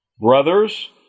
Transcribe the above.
Brothers